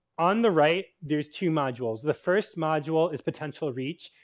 on the right there's two modules. the first module is potential reach.